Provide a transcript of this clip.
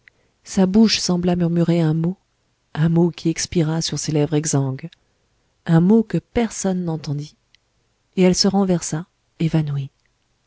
sa bouche sembla murmurer un mot un mot qui expira sur ses lèvres minces et exsangues un mot que personne n'entendit et tout à coup elle se renversa évanouie